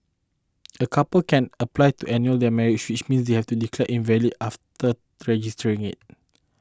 a couple can apply to annul their marriage which means to have it declared invalid after registering it